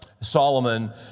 Solomon